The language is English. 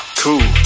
cool